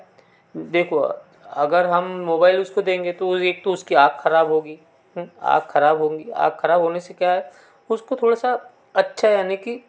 देखो अगर हम मोबाइल मोबाइल उसको देंगे तो उसकी आँख खराब होगी आँख खराब होने से क्या उसको थोड़ा सा अच्छा यानी कि